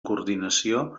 coordinació